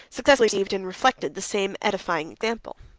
successively received, and reflected, the same edifying example.